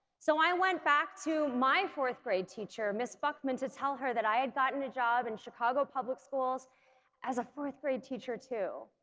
so i went back to my fourth-grade teacher ms. buckman to tell her that i had gotten a job in and chicago public schools as a fourth grade teacher, too,